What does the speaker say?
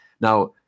Now